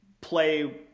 play